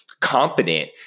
confident